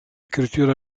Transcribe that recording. écriture